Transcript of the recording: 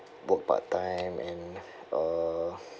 work part time and uh